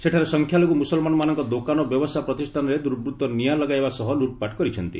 ସେଠାରେ ସଂଖ୍ୟାଲଘୁ ମୁସଲମାନମାନଙ୍କ ଦୋକାନ ଓ ବ୍ୟବସାୟ ପ୍ରତିଷ୍ଠାନରେ ଦୁର୍ବୃତ୍ତ ନିଆଁ ଲଗାଇବା ସହ ଲୁଟ୍ପାଟ କରିଛନ୍ତି